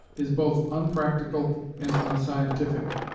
is both unpractical and unscientific